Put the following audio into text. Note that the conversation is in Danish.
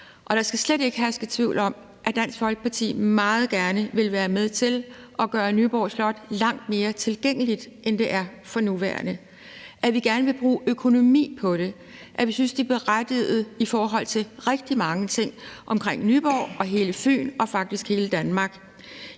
Der skal slet ikke herske tvivl om, at Dansk Folkeparti meget gerne vil være med til at gøre Nyborg Slot langt mere tilgængeligt, end det er for nuværende; at vi gerne vil bruge økonomi på det; at vi synes, at det er berettiget i forhold til rigtig mange ting omkring Nyborg og hele Fyn og faktisk hele Danmark.